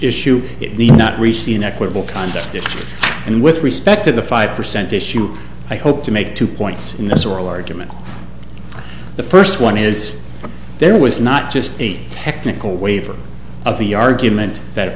issue it need not receive an equitable contest and with respect to the five percent issue i hope to make two points in this oral argument the first one is there was not just a technical waiver of the argument that